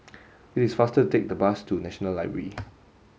it is faster take the bus to National Library